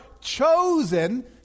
chosen